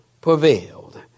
prevailed